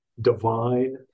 divine